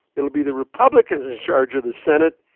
it'll be the republicans in charge of the senate,